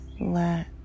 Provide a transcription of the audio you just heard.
Let